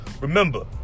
Remember